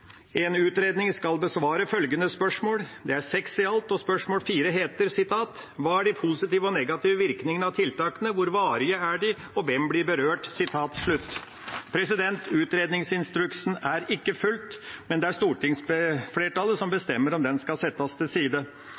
utredning skal besvare følgende spørsmål». Det er seks i alt, og spørsmål nr. 4 lyder: «Hva er de positive og negative virkningene av tiltakene, hvor varige er de, og hvem blir berørt?» Utredningsinstruksen er ikke fulgt, men det er stortingsflertallet som bestemmer om den skal settes til side.